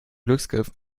glücksgriff